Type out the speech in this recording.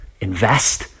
invest